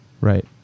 right